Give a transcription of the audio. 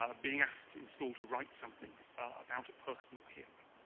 ah being asked in school to write something about a personal hero